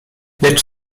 lecz